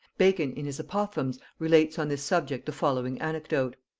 bacon in his apophthegms relates on this subject the following anecdote.